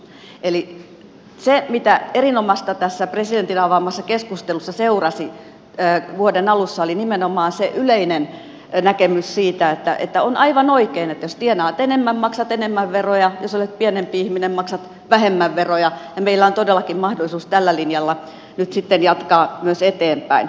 eli se mitä erinomaista tässä presidentin avaamassa keskustelussa seurasi vuoden alussa oli nimenomaan se yleinen näkemys siitä että on aivan oikein että jos tienaat enemmän maksat enemmän veroja jos olet pienempituloinen ihminen maksat vähemmän veroja ja meillä on todellakin mahdollisuus tällä linjalla nyt sitten jatkaa myös eteenpäin